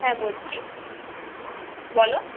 হ্যাঁ বলছি বলো